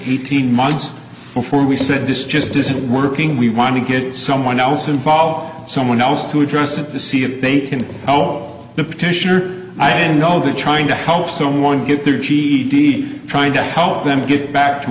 eighteen months before we said this just isn't working we want to get someone else involved someone else to address it the see if they can all the petitioner i know that trying to help someone get their ged trying to help them get back to